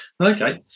Okay